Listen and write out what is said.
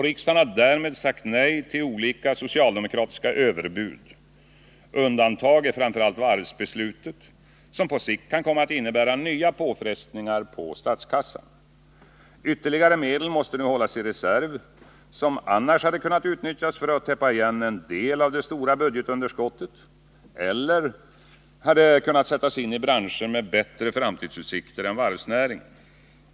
Riksdagen har därmed sagt nej till olika socialdemokratiska överbud. Undantag är framför allt varvsbeslutet, som på sikt kan kemma att innebära nya påfrestningar på statskassan. Ytterligare medel måste nu hållas i reserv, som annars hade kunnat utnyttjas för att täppa igen en del av det stora budgetunderskottet eller kunnat sättas in i branscher med bättre framtidsutsikter än varvsnäringen.